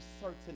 certain